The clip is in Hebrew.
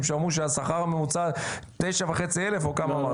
שמעו שהשכר הממוצע 9,500 או כמה אמרת?